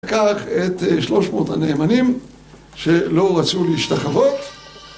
לקח את שלוש מאות הנאמנים שלא רצו להשתחוות